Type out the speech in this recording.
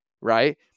right